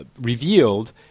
revealed